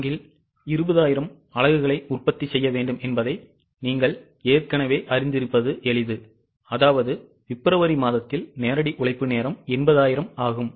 4 இல் 20000 அலகுகளை உற்பத்தி செய்ய வேண்டும் என்பதை நீங்கள் ஏற்கனவே அறிந்திருப்பது எளிது அதாவது பிப்ரவரி மாதத்தில் நேரடி உழைப்பு நேரம் 80000 ஆகும்